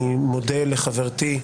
אני מודה לחברתי,